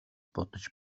бодож